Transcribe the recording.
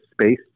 space